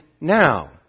now